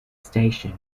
station